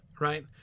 right